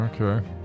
Okay